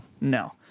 No